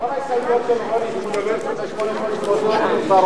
ורונית תירוש לסעיף 1 לא נתקבלה.